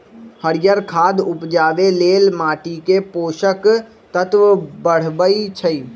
हरियर खाद उपजाके लेल माटीके पोषक तत्व बढ़बइ छइ